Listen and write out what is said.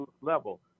level